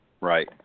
right